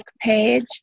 page